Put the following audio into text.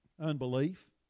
Unbelief